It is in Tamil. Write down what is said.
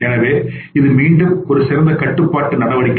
எனவே இது மீண்டும் ஒரு சிறந்த கட்டுப்பாட்டு நடவடிக்கை